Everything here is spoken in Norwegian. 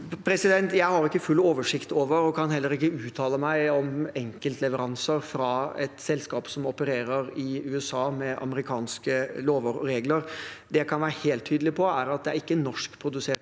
Jeg har ikke full oversikt over og kan heller ikke uttale meg om enkeltleveranser fra et selskap som opererer i USA etter amerikanske lover og regler. Det jeg kan være helt tydelig på, er at det ikke er norskproduserte